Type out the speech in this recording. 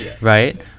Right